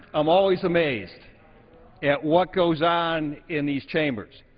i'm always amazed at what goes on in these chambers.